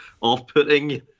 off-putting